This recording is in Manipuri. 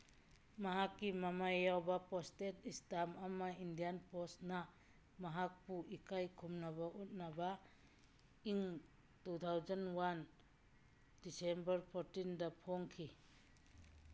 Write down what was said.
ꯃꯍꯥꯛꯀꯤ ꯃꯃꯥꯏ ꯌꯥꯎꯕ ꯄꯣꯁꯇꯦꯠ ꯏꯁꯇꯥꯝ ꯑꯃ ꯏꯟꯗꯤꯌꯥꯟ ꯄꯣꯁꯅ ꯃꯍꯥꯛꯄꯨ ꯏꯀꯥꯏ ꯈꯨꯝꯅꯕ ꯎꯠꯅꯕ ꯏꯪ ꯇꯨ ꯊꯥꯎꯖꯟ ꯋꯥꯟ ꯗꯤꯁꯦꯝꯕꯔ ꯐꯣꯔꯇꯤꯟꯗ ꯐꯣꯡꯈꯤ